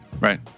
Right